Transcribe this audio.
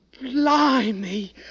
blimey